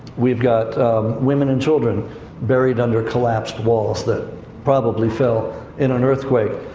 we've got women and children buried under collapsed walls that probably fell in an earthquake.